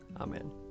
Amen